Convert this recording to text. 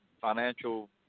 financial